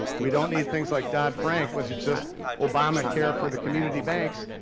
we don't need things like dodd-frank, which is just obamacare for the community banks,